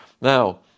Now